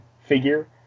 figure